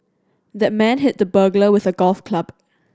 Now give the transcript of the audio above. the man hit the burglar with a golf club